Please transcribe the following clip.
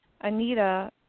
Anita